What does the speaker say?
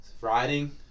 riding